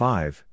Five